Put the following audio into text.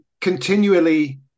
continually